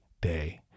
day